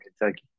Kentucky